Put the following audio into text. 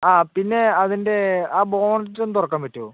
ആ പിന്നെ അതിൻ്റെ ആ ബോണറ്റൊന്നു തുറക്കാൻ പറ്റുമോ